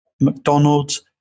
McDonald's